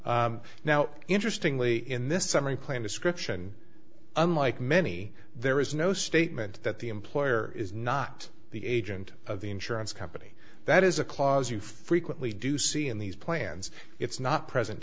now interestingly in this summary plan description unlike many there is no statement that the employer is not the agent of the insurance company that is a clause you frequently do see in these plans it's not present